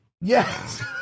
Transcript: Yes